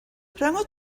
rhyngot